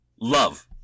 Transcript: love